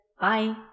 Bye